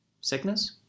sickness